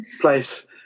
place